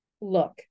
look